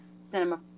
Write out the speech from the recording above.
cinema